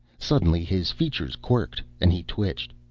suddenly his features quirked and he twitched.